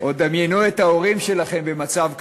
או דמיינו את ההורים שלכם במצב כזה,